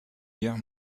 guerre